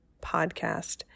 podcast